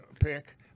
pick